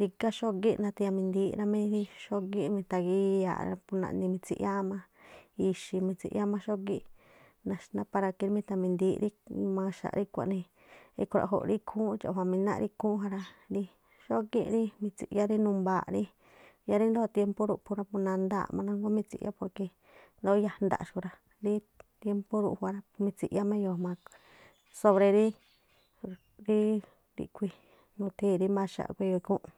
rigá xógíꞌ nathiamíndííꞌ rá mí rí xógíꞌ mitha̱gíyáa̱ꞌ rá, pú naꞌni mitsiꞌyáá má ixi̱ mitsiꞌyá má xógíꞌ. Naxná ́para que rí mitha̱mindííꞌ rí maxaꞌ rí kuaꞌnii ikhruaꞌjo̱ꞌ rí ikhúúnꞌ i̱ndxa̱ꞌjua mináꞌ rí ikhúún ja rá rí xógí rí mitsiꞌyá rí numbaaꞌ rí. Yáá ríndoo̱ tiémpu rí ruphu rá pu nandáa̱ꞌ nanguá mitsiꞌyá por que ndóó yajnda̱ꞌ xúꞌkhui̱ rá, riꞌ- rí- tiémpú ruꞌjua rá mitsiyá má mag, sobre rí ríꞌkhui̱ nuthii̱ rí maxaꞌ khui̱ e̱yo̱o̱ ikhúúnꞌ.